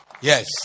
Yes